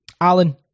Alan